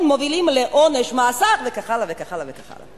מובילים לעונש מאסר" וכך הלאה וכך הלאה.